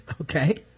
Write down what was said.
Okay